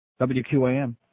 WQAM